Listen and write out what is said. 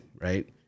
right